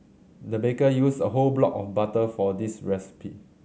the baker used a whole block of butter for this recipe